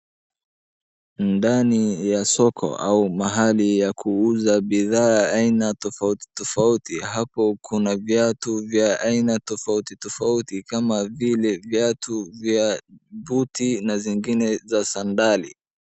Ndani ya soko au mahali ya kuuza bidhaa aina tofauti tofauti hapo kuna viatu za aina tofauti tofauti kama vile viatu vya buti na zingine za sandali.